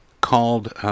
called